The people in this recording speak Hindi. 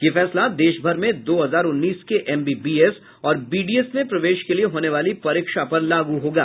यह फैसला देश भर में दो हजार उन्नीस के एमबीबीएस और बीडीएस में प्रवेश के लिए होने वाली परीक्षा पर लागू होगा